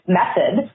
method